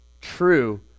true